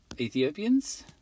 Ethiopians